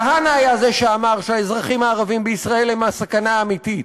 כהנא היה זה שאמר שהאזרחים הערבים בישראל הם הסכנה האמיתית,